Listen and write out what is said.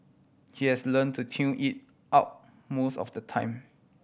he has learn to tune it out most of the time